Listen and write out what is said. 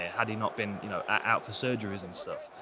ah had he not been you know ah out for surgeries and stuff.